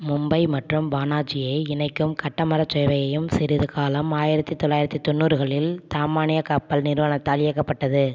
மும்பை மற்றும் பனாஜியை இணைக்கும் கட்டமரச் சேவையும் சிறிது காலம் ஆயிரத்து தொளாயிரத்து தொண்ணுறுகளில் தமானியா கப்பல் நிறுவனத்தால் இயக்கப்பட்டது